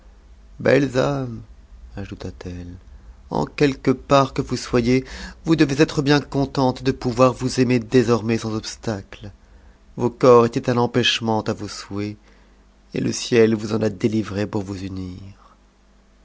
belles âmes ajouta-t-elle en quelque m't que vous soyez vous devez être bien contentes de pouvoir vous ner désormais sans obstacle vos corps étaient un empêchement à vos souhatts et le ciel vous en a délivrées pour vous unir